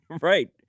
Right